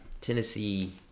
Tennessee